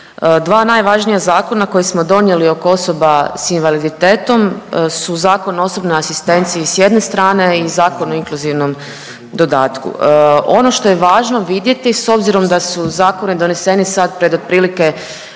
dva najvažnija zakona koji smo donijeli oko osoba s invaliditetom su Zakon o osobnoj asistenciji s jedne strane i Zakon o inkluzivnom dodatku. Ono što je važno vidjeti s obzirom da su zakoni doneseni sad pred otprilike